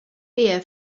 beer